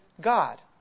God